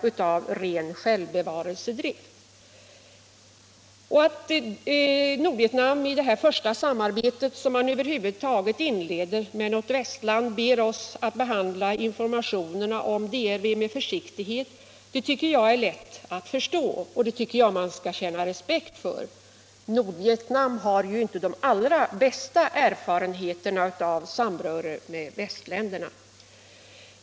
Att Nordvietnam i det första samarbete som man över huvud taget inleder med något västland ber oss att behandla informationerna om DRV med försiktighet är lätt att förstå, och jag tycker att man skall känna respekt för det. Nordvietnam har ju inte de allra bästa erfarenheter av samröre med västländerna.